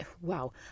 wow